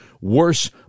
worse